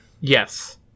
Yes